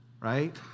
right